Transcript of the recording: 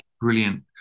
Brilliant